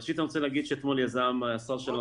ראשית אני רוצה להגיד שאתמול יזם השר שלנו,